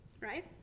right